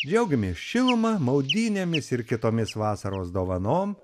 džiaugiamės šiluma maudynėmis ir kitomis vasaros dovanom